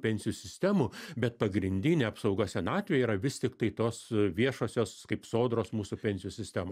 pensijų sistemų bet pagrindinė apsauga senatvėj yra vis tiktai tos viešosios kaip sodros mūsų pensijų sistem